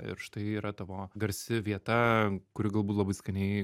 ir štai yra tavo garsi vieta kuri galbūt labai skaniai